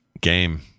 game